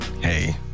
Hey